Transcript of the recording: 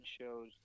shows